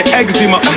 eczema